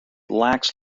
lacks